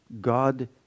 God